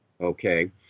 Okay